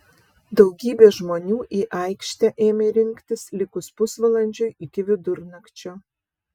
daugybė žmonių į aikštę ėmė rinktis likus pusvalandžiui iki vidurnakčio